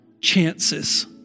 chances